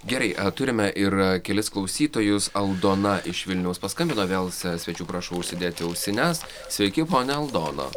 gerai turime ir kelis klausytojus aldona iš vilniaus paskambino vėl se svečių prašau užsidėti ausines sveiki ponia aldona